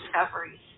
discoveries